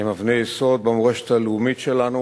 הם אבני יסוד במורשת הלאומית שלנו,